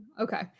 Okay